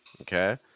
Okay